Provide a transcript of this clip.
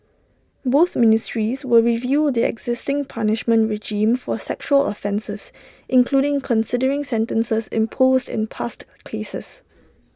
both ministries will review the existing punishment regime for sexual offences including considering sentences imposed in past cases